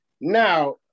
Now